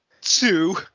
two